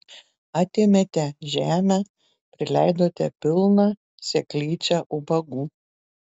atėmėte žemę prileidote pilną seklyčią ubagų